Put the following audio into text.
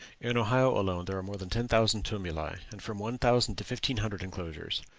in ohio alone there are more than ten thousand tumuli, and from one thousand to fifteen hundred enclosures.